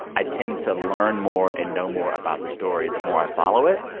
i tend to learn more and know more about the story the more i follow it.